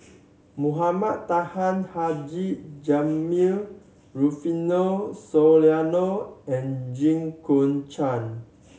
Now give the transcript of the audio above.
Mohamed Taha Haji Jamil Rufino Soliano and Jit Koon Ch'ng